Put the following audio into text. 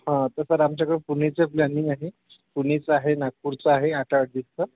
हां तर सर आमच्याकडं पुणेचे प्लॅनिंग आहे पुणेचं आहे नागपूरचं आहे आठ आठ डेजचं